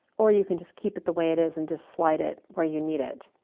or you can just keep it the way it is and just slide it where you need it.